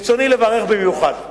ברצוני לברך במיוחד את